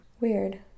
Weird